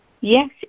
Yes